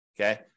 Okay